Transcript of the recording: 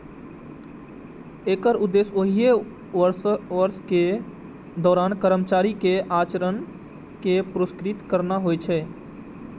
एकर उद्देश्य ओहि वर्षक दौरान कर्मचारी के आचरण कें पुरस्कृत करना होइ छै